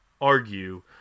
argue